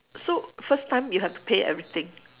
so first time you have to pay everything